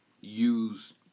use